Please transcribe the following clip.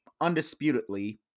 undisputedly